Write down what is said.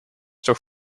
toch